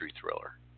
thriller